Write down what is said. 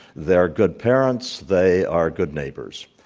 they're good parents. they are good neighbors.